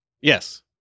Yes